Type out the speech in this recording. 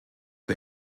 wir